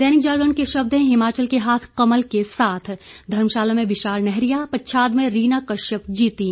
दैनिक जागरण के शब्द हैं हिमाचल के हाथ कमल के साथ धर्मशाला में विशाल नैहरिया पच्छाद में रीना कश्यप जीतीं